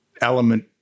element